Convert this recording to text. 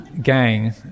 gang